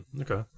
Okay